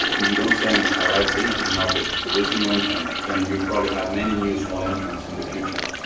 if you don't send a right signal to the market, to this new entrant, then you'll probably have many new small entrants in the future.